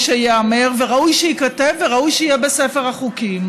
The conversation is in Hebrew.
שייאמר וראוי שייכתב וראוי שיהיה בספר החוקים.